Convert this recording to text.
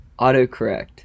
autocorrect